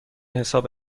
حساب